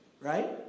Right